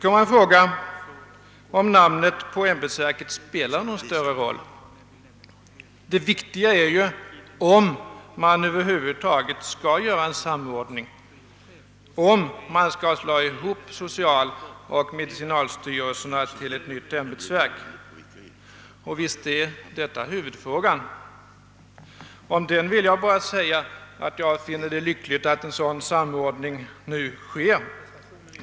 Man kan fråga sig om namnet på ämbetsverket spelar någon större roll. Det viktiga är om man över huvud taget skall göra en samordning, om man kan slå ihop socialoch medicinalstyrelserna till ett nytt ämbetsverk. Visst är detta huvudfrågan. Om den vill jag bara säga att jag finner det lyckligt att en sådan samordning nu sker.